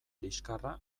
liskarra